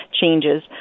changes